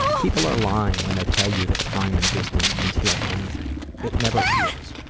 people are lying when they tell you that time and distance can heal anything. it never heals.